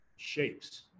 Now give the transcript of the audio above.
shapes